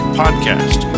podcast